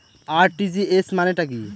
RTGS মানে টা কি?